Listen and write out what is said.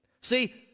See